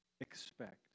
Expect